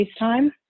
FaceTime